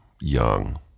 young